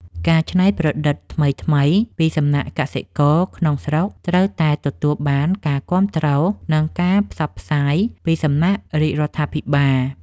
ការច្នៃប្រឌិតថ្មីៗពីសំណាក់កសិករក្នុងស្រុកត្រូវតែទទួលបានការគាំទ្រ និងការផ្សព្វផ្សាយពីសំណាក់រាជរដ្ឋាភិបាល។